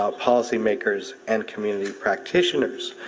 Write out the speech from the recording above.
ah policymakers, and community practitioners.